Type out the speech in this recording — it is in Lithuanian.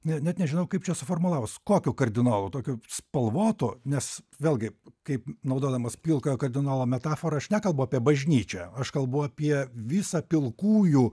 ne net nežinau kaip čia suformulavus kokiu kardinolu tokiu spalvotu nes vėlgi kaip naudodamas pilkojo kardinolo metaforą aš nekalbu apie bažnyčią aš kalbu apie visą pilkųjų